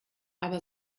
aber